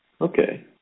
Okay